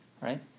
Right